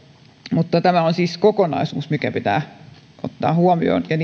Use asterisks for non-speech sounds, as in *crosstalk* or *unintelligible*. mutta tämä on siis kokonaisuus mikä pitää ottaa huomioon ja *unintelligible*